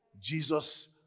Jesus